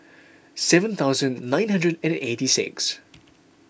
seven thousand nine hundred and eighty six